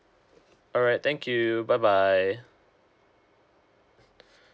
alright thank you bye bye